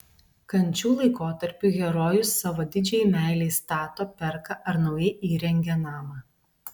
kančių laikotarpiu herojus savo didžiajai meilei stato perka ar naujai įrengia namą